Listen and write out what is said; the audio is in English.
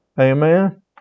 Amen